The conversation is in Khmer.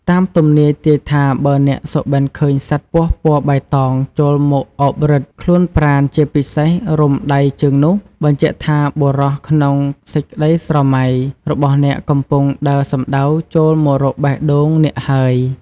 តាមទំនាយទាយថាបើអ្នកសុបិនឃើញសត្វពស់ពណ៌បៃតងចូលមកអោបរឹត ខ្លួនប្រាណជាពិសេសរុំដៃជើងនោះបញ្ជាក់ថាបុរសក្នុងសេចក្តីស្រមៃ របស់អ្នកកំពុងដើរសំដៅចូលមករកបេះដូងអ្នកហើយ។